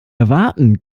erwarten